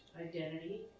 identity